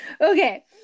okay